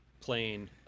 playing